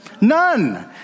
None